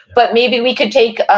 but maybe we could take, ah